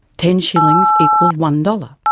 ten shillings equalled one dollars,